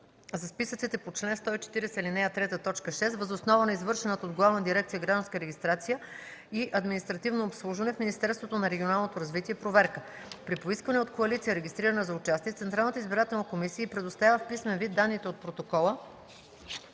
за списъците по чл. 140, ал. 3, т. 6 въз основа на извършената от Главна дирекция „Гражданска регистрация и административно обслужване” в Министерството на регионалното развитие проверка. При поискване от коалиция, регистрирана за участие, Централната избирателна комисия й предоставя в писмен вид данните от протокола